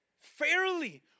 fairly